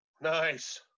Nice